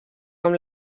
com